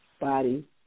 body